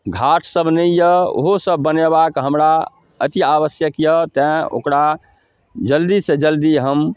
घाटसब नहि अइ ओहोसब बनेबाके हमरा अतिआवश्यक अइ तेँ ओकरा जल्दीसँ जल्दी हम